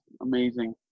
amazing